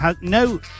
No